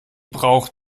braucht